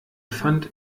pfand